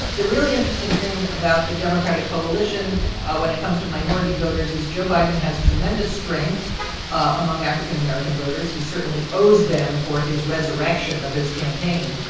the really interesting thing about the democratic coalition ah when it comes to minority voters is joe biden has tremendous strength among african american voters. he certainly owes them for his resurrection of his campaign.